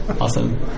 Awesome